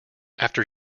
after